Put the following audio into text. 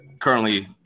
currently